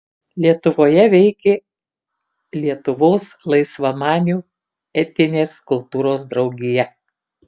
lietuvoje veikė lietuvos laisvamanių etinės kultūros draugija